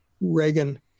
Reagan